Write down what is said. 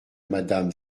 madame